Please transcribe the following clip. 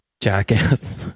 Jackass